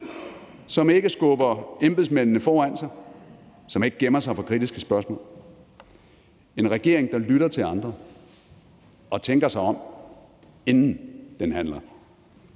som ikke skubber embedsmændene foran sig, og som ikke gemmer sig for kritiske spørgsmål, og en regering, som lytter til andre og tænker sig om, inden den handler.